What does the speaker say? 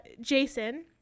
Jason